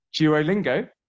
Duolingo